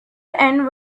end